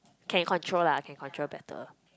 can control lah can control better